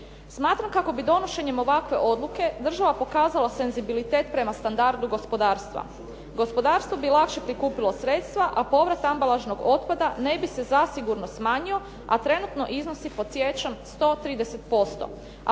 Smatram kako bi donošenjem ovakve odluke država pokazala senzibilitet prema standardu gospodarstva. Gospodarstvo bi lakše prikupilo sredstva, a povrat ambalažnog otpada ne bi se zasigurno smanjio, a trenutno iznosi, podsjećam, 130%.